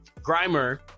Grimer